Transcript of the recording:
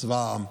צבא העם.